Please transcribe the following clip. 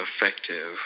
Effective